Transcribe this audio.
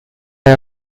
are